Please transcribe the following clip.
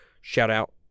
shout-out